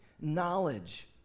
Knowledge